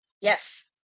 yes